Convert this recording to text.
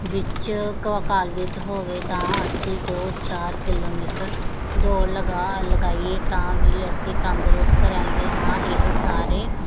ਵਿੱਚ ਕਾਬਲੀਅਤ ਹੋਵੇ ਤਾਂ ਅਸੀਂ ਦੋ ਚਾਰ ਕਿਲੋਮੀਟਰ ਦੌੜ ਲਗਾ ਲਗਾਈਏ ਤਾਂ ਵੀ ਅਸੀਂ ਤੰਦਰੁਸਤ ਰਹਿੰਦੇ ਹਾਂ ਇਹ ਸਾਰੇ